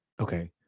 Okay